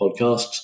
podcasts